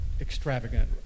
extravagant